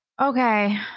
Okay